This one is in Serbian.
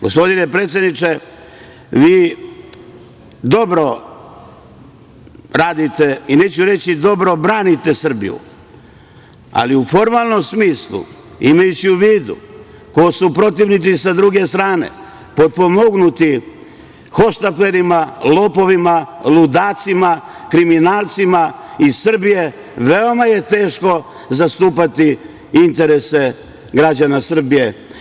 Gospodine predsedniče, vi dobro radite i neću dobro branite Srbiju, ali u formalnom smislu, imajući u vidu ko su protivnici sa druge strane, potpomognuti hohštaplerima, lopovima, ludacima, kriminalcima iz Srbije, veoma je teško zastupati interese građana Srbije.